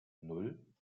nan